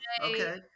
okay